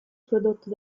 prodotto